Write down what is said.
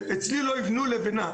אצלי לא יבנו לבנה,